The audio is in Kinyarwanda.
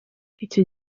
icyo